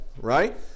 right